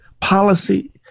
policy